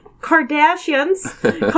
Kardashians